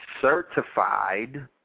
certified